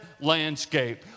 landscape